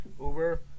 Uber